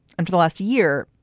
and for the last year,